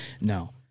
No